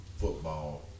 football